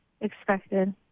expected